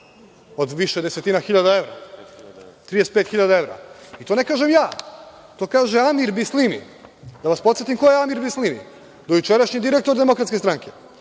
od više desetina hiljada evra, 35.000 evra. To ne kažem ja, to kaže Amir Bislimi. Da vas podsetim ko je Amir Bislimi. Dojučerašnji direktor Demokratske stranke.